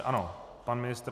Ano, pan ministr.